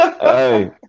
Hey